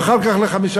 ואחר כך ל-15%,